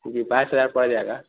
जी बाईस हज़ार का पड़ जाएगा